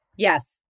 Yes